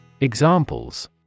Examples